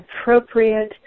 appropriate